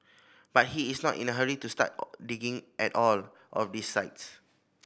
but he is not in a hurry to start digging at all of these sites